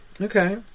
okay